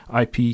IP